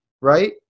right